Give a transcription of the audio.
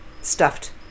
Stuffed